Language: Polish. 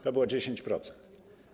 To było 10%.